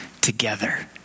together